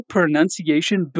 Pronunciation